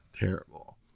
Terrible